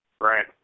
Right